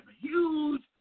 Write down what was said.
huge